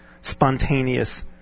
spontaneous